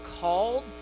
called